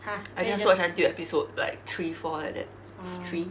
I just watch until episode like three four like that three